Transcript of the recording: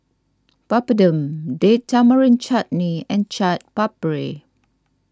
Papadum Date Tamarind Chutney and Chaat Papri